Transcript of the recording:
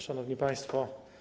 Szanowni Państwo!